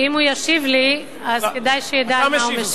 אם הוא ישיב לי, כדאי שידע על מה הוא משיב.